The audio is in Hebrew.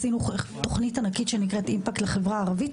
עשינו תוכנית ענקית שנקראת "אימפקט" לחברה הערבית,